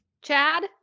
Chad